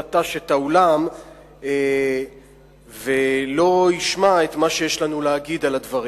נטש את האולם ולא ישמע את מה שיש לנו להגיד על הדברים.